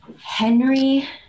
Henry